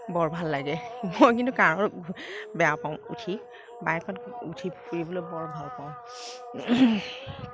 বৰ ভাল লাগে মই কিন্তু কাৰত বেয়া পাওঁ উঠি বাইকত উঠি ফুৰিবলৈ বৰ ভালপাওঁ